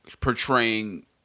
portraying